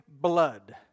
blood